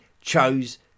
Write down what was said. chose